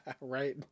Right